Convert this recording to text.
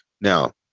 now